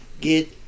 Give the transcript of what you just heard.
get